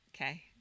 Okay